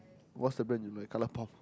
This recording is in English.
what's the brand you like Colourpop